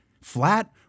flat